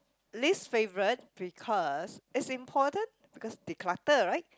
least favourite because it's important because they clutter right